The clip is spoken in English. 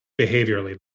behaviorally